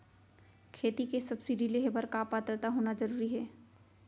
खेती के सब्सिडी लेहे बर का पात्रता होना जरूरी हे?